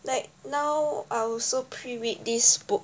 like now I also pre-read this book